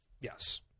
Yes